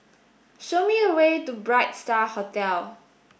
show me the way to Bright Star Hotel